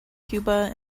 cuba